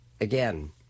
again